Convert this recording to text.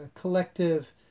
collective